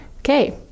Okay